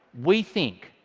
we think,